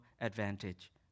advantage